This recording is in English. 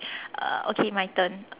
uh okay my turn